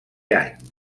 any